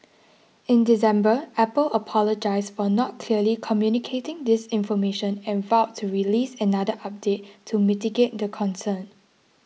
in December Apple apologised for not clearly communicating this information and vowed to release another update to mitigate the concern